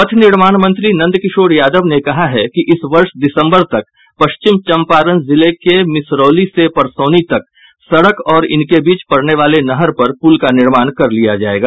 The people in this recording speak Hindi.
पथ निर्माण मंत्री नंदकिशोर यादव ने कहा है कि इस वर्ष दिसंबर तक पश्चिम चंपारण जिले में मिसरौली से परसौनी तक सड़क और इनके बीच पड़ने वाले नहर पर पुल का निर्माण कर लिया जाएगा